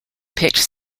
picked